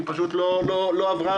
היא לא עברה,